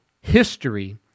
history